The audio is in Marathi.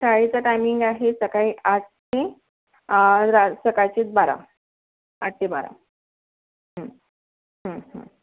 शाळेचा टायमिंग आहे सकाळी आठ ते रा सकाळचेच बारा आठ ते बारा